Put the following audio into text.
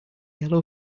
yellow